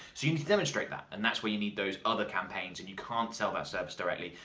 so you need to demonstrate that, and that's where you need those other campaigns and you can't sell their service directly,